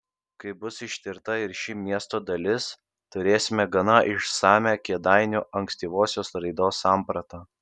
kai bus ištirta ir ši miesto dalis turėsime gana išsamią kėdainių ankstyvosios raidos sampratą